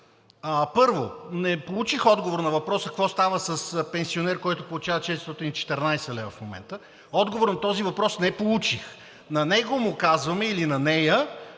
първо, не получих отговор на въпроса какво става с пенсионер, който получава 414 лв. в момента. Отговор на този въпрос не получих. На него му казваме или на нея: